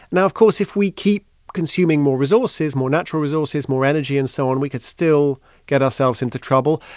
now, of course, if we keep consuming more resources, more natural resources, more energy and so on, we could still get ourselves into trouble.